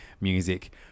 music